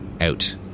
out